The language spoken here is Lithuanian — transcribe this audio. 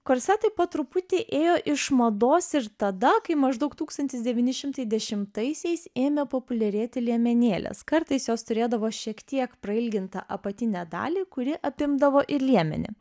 korsetai po truputį ėjo iš mados ir tada kai maždaug tūkstantis devyni šimtai dešimtaisiais ėmė populiarėti liemenėlės kartais jos turėdavo šiek tiek prailgintą apatinę dalį kuri apimdavo ir liemenį